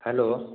hello